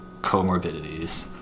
comorbidities